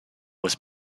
was